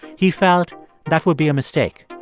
he felt that would be a mistake.